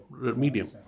medium